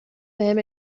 بهم